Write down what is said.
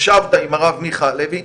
ישבת עם הרב מיכה הלוי,